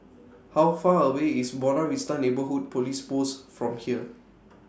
How Far away IS Buona Vista Neighbourhood Police Post from here